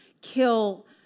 kill